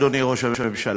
אדוני ראש הממשלה.